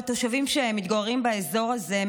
התושבים שמתגוררים באזור הזה,